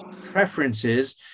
preferences